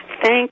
Thank